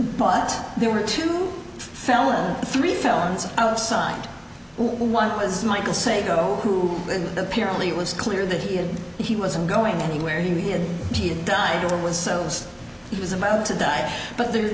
but there were two fellas three felons outside one was michael sago who apparently it was clear that he had he wasn't going anywhere he had either died or was so he was about to die but the